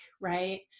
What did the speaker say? right